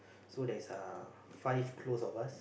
so there is uh five close of us